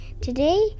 Today